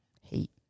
hate